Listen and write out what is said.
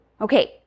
Okay